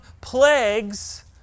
plagues